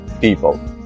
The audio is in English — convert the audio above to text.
people